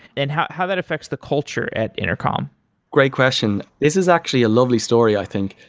and how how that affects the culture at intercom great question. this is actually a lovely story, i think.